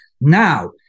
Now